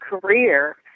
career